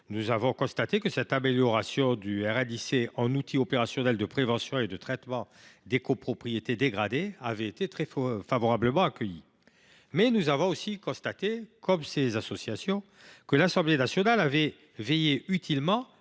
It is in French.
nous avons constaté que cette amélioration du RNIC en outil opérationnel de prévention et de traitement des copropriétés dégradées avait été très favorablement accueillie. Néanmoins, nous avons aussi constaté, comme ces associations, que l’Assemblée nationale avait veillé utilement